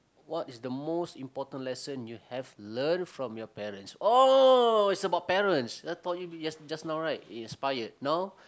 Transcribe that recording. what is the most important lesson you have learnt from your parents oh is about parents I thought it be just just now right inspired now